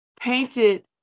painted